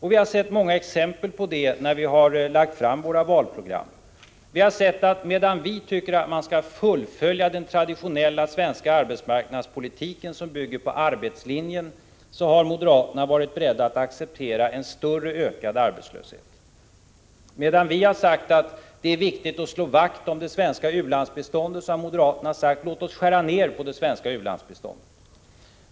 Vi har sett många exempel på det när vi lagt fram våra valprogram. Medan vi tycker att man skall fullfölja den traditionella svenska arbetsmarknadspolitiken, som bygger på arbetslinjen, har moderaterna varit beredda att acceptera en ökad arbetslöshet. Medan vi har sagt att det är viktigt att slå vakt om det svenska u-landsbiståndet har moderaterna sagt: låt oss skära ned på det svenska u-landsbiståndet.